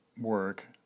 work